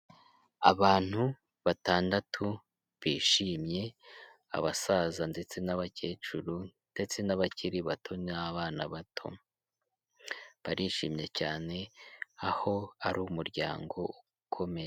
Abantu batandatu bishimye, abasaza ndetse n'abakecuru ndetse n'abakiri bato n'abana bato. Barishimye cyane, aho ari umuryango ukomeye.